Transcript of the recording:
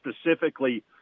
specifically